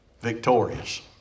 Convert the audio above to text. victorious